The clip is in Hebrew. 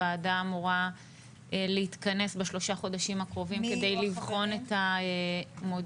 הוועדה אמורה להתכנס בשלושה חודשים הקרובים כדי לבחון את המודל.